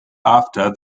after